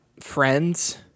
Friends